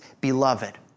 beloved